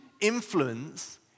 influence